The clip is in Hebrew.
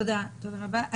תודה רבה.